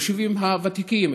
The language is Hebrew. היישובים הוותיקים,